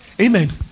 Amen